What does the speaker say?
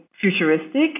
futuristic